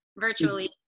virtually